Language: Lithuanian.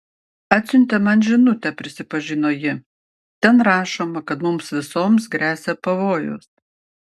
atsiuntė man žinutę prisipažino ji ten rašoma kad mums visoms gresia pavojus